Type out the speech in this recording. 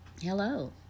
hello